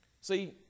See